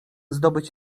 zdobyć